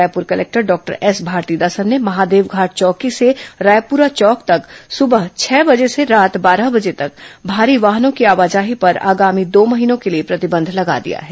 Raipur collector doctor S Bharathidasan ने महादेवघाट चौकी से रायपुरा चौक तक सुबह छह बजे से रात बारह बजे तक भारी वाहनों की आवाजाही पर आगामी दो महीनों के लिए प्रतिबंध लगा दिया है